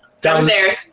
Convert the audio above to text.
Downstairs